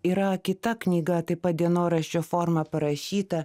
yra kita knyga taip pat dienoraščio forma parašyta